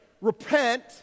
repent